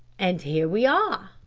and here we are!